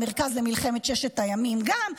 המרכז למלחמת ששת הימים גם,